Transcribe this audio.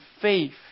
faith